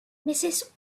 mrs